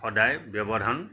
সদায় ব্য়ৱধান